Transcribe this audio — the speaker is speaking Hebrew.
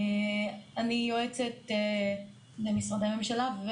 אני יועצת במשרדי ממשלה,